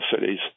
cities